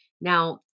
Now